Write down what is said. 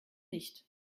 nicht